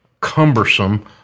cumbersome